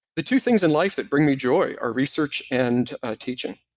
the two things in life that bring me joy are research and teaching.